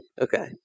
Okay